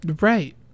Right